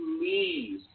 please